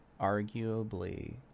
Arguably